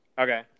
Okay